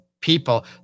people